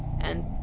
and,